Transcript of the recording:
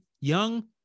young